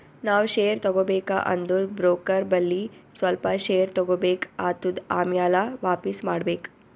ನಾವ್ ಶೇರ್ ತಗೋಬೇಕ ಅಂದುರ್ ಬ್ರೋಕರ್ ಬಲ್ಲಿ ಸ್ವಲ್ಪ ಶೇರ್ ತಗೋಬೇಕ್ ಆತ್ತುದ್ ಆಮ್ಯಾಲ ವಾಪಿಸ್ ಮಾಡ್ಬೇಕ್